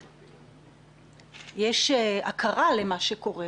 שיש הכרה על מה שקורה,